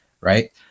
right